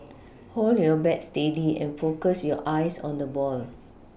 hold your bat steady and focus your eyes on the ball